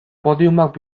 podiumak